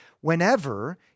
Whenever